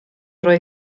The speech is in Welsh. rhoi